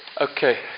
Okay